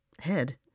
head